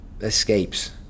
escapes